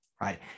right